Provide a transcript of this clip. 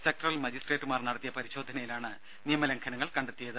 sectoral മജിസ്ട്രേറ്റുമാർ നടത്തിയ പരിശോധനയിലാണ് നിയമലംഘനങ്ങൾ കണ്ടെത്തിയത്